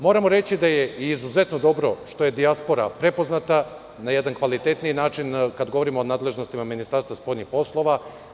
Moram reći da je izuzetno dobro što je dijaspora prepoznata na jedan kvalitetniji način, kad govorimo o nadležnostima Ministarstva spoljnih poslova.